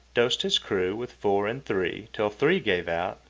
dosed his crew with four and three till three gave out,